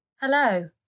Hello